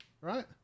Right